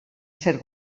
ser